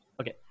Okay